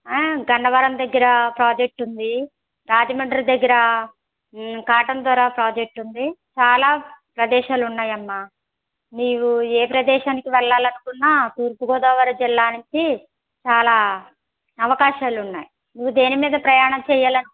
గన్నవరం దగ్గర ప్రాజెక్టు ఉంది రాజమండ్రి దగ్గర కాటన్ దొర ప్రాజెక్టు ఉంది చాలా ప్రదేశాలు ఉన్నాయమ్మా నువ్వు ఏ ప్రదేశానికి వెళ్ళాలనుకున్నా తూర్పు గోదావరి జిల్లా నుంచి చాలా అవకాశాలు ఉన్నాయి నువ్వు దేని మీద ప్రయాణం చెయ్యాలని